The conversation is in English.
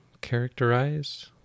characterize